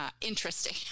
interesting